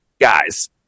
Guys